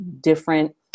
different